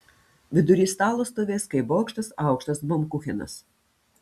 vidury stalo stovės kaip bokštas aukštas baumkuchenas